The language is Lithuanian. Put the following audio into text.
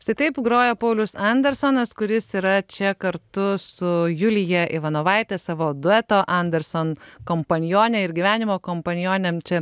štai taip groja paulius andersonas kuris yra čia kartu su julija ivanovaite savo dueto andersoną kompanionę ir gyvenimo kompanionę čia